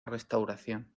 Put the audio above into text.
restauración